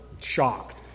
shocked